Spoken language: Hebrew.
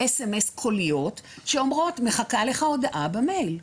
SMS קוליות שאומרות "מחכה לך הודעה במייל".